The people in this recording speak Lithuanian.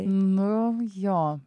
nu jo